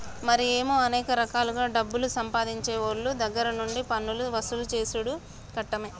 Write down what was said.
మరి ఏమో అనేక రకాలుగా డబ్బులు సంపాదించేవోళ్ళ దగ్గర నుండి పన్నులు వసూలు సేసుడు కట్టమే